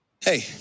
Hey